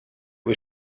was